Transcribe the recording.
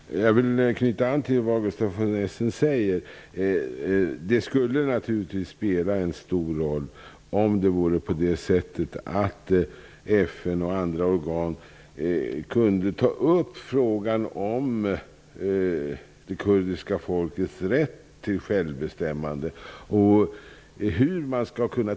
Herr talman! Jag vill knyta an till det Gustaf von Essen säger. Det skulle naturligtvis spela en stor roll om FN och andra organ kunde ta upp frågan om det kurdiska folkets rätt till självbestämmande.